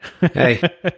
Hey